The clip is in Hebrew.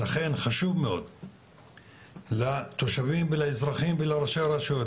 לכן חשוב מאוד לתושבים ולאזרחים ולראשי הרשויות,